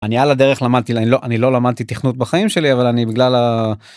אני על הדרך למדתי ל אני לא אני לא למדתי תכנות בחיים שלי אבל אני בגלל הה...